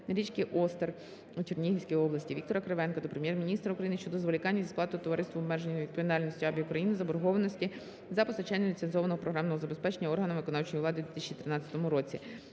річки Остер у Чернігівській області. Віктора Кривенка до Прем'єр-міністра України щодо зволікання із сплати товариству з обмеженою відповідальністю "АБІ УКРАЇНА" заборгованості за постачання ліцензованого програмного забезпечення органам виконавчої влади у 2013 році.